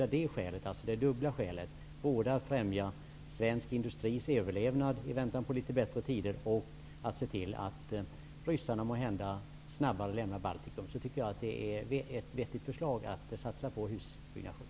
Av dessa dubbla skäl, både för att främja svensk industris överlevnad i väntan på litet bättre tider och för att se till att ryssarna måhända snabbare lämnar Baltikum, är det ett vettigt förslag att satsa på husbyggnation.